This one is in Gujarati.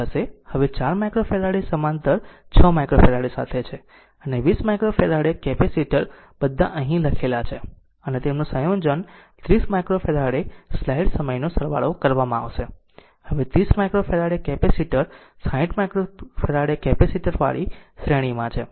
હવે 4 માઈક્રોફેરાડે સમાંતર 6 માઈક્રોફેરાડે સાથે છે અને 20 માઈક્રોફેરાડે કેપેસિટર બધા અહીં લખાયેલા છે અને તેમનું સંયોજન 30 માઈક્રોફેરાડે સ્લાઇડ સમયનો સરવાળો કરવામાં આવશે હવે 30 માઈક્રોફેરાડે કેપેસિટર 60 માઈક્રોફેરાડે કેપેસિટર વાળી શ્રેણીમાં છે